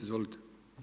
Izvolite.